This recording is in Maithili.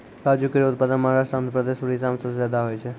काजू केरो उत्पादन महाराष्ट्र, आंध्रप्रदेश, उड़ीसा में सबसे जादा होय छै